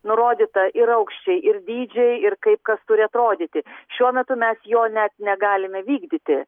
nurodyta ir aukščiai ir dydžiai ir kaip kas turi atrodyti šiuo metu mes jo net negalime vykdyti